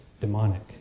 demonic